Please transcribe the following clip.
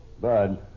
Bud